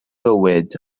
fywyd